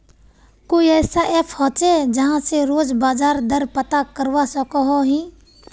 कोई ऐसा ऐप होचे जहा से रोज बाजार दर पता करवा सकोहो ही?